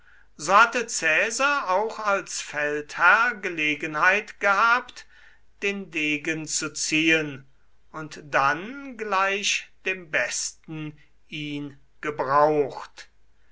so hatte caesar auch als feldherr gelegenheit gehabt den degen zu ziehen und dann gleich dem besten ihn gebraucht